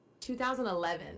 2011